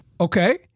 Okay